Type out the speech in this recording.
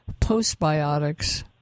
postbiotics